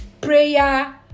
prayer